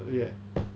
weird